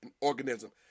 organism